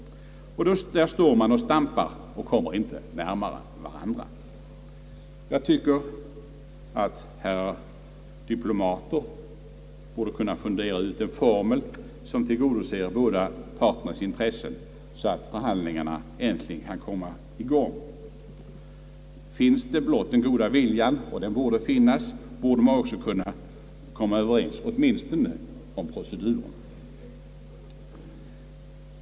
Där står man och stampar och kommer inte närmare varandra. Jag tycker att herrar diplomater borde kunna fundera ut en formel som tillgodoser båda sidornas intressen, så att förhandlingarna äntligen kan komma i gång. Finns blott den goda viljan — och den borde finnas -— borde man också kunna komma överens, åtminstone om proceduren.